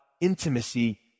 intimacy